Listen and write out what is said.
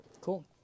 Cool